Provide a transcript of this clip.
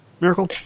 Miracle